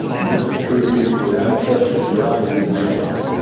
and this is true even if your ancestors arrived on the mayflower.